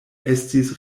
estis